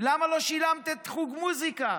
למה לא שילמת את חוג מוזיקה?